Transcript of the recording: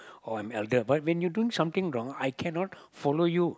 or I'm elder but when you doing something wrong I cannot follow you